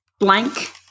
Blank